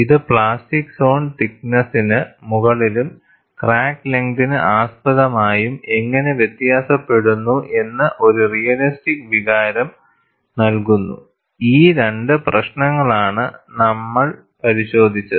ഇത് plastic zone തിക്ക് നെസ്സിന് മുകളിലും ക്രാക്ക് ലെങ്തിന് ആസ്പദമായും എങ്ങനെ വ്യത്യാസപ്പെടുന്നു എന്ന ഒരു റിയലിസ്റ്റിക് വികാരം നൽകുന്നുഈ രണ്ട് പ്രശ്നങ്ങളാണ് നമ്മൾ പരിശോധിച്ചത്